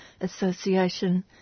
Association